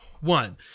one